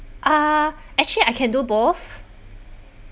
ah actually I can do both